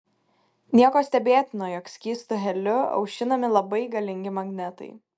nieko stebėtino jog skystu heliu aušinami labai galingi magnetai